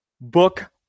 book